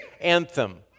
anthem